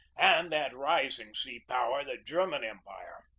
and that rising sea-power, the german empire.